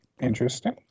Interesting